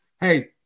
Hey